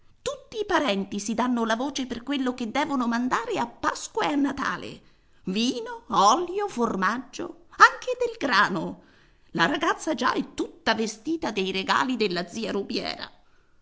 tutti i parenti si danno la voce per quello che devono mandare a pasqua e a natale vino olio formaggio anche del grano la ragazza già è tutta vestita dei regali della zia rubiera